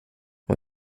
hon